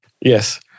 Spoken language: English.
Yes